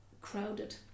crowded